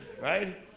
right